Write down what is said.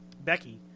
Becky